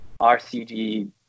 RCG